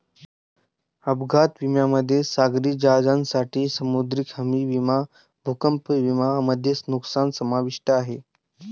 अपघात विम्यामध्ये सागरी जहाजांसाठी समुद्री हमी विमा भूकंप विमा मध्ये नुकसान समाविष्ट आहे